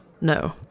no